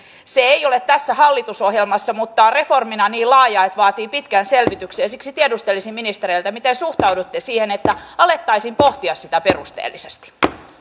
se ei ole tässä hallitusohjelmassa mutta on reformina niin laaja että vaatii pitkän selvityksen ja siksi tiedustelisin ministereiltä miten suhtaudutte siihen että alettaisiin pohtia sitä perusteellisesti